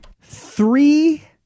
Three